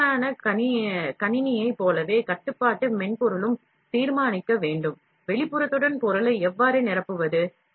பெரும்பாலான கணினியைப் போலவே கட்டுப்பாட்டு மென்பொருளும் தீர்மானிக்க வேண்டும் வெளிப்புறத்துடன் பொருளை எவ்வாறு நிரப்புவது